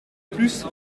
plus